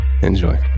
enjoy